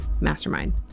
mastermind